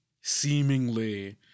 seemingly